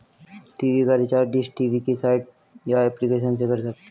TV का recharge dish TV की site या एप्लीकेशन से कर सकते है